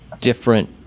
different